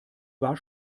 war